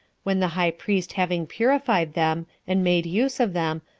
when the high priest having purified them, and made use of them,